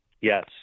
yes